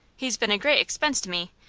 he's been a great expense to me,